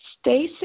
Stacey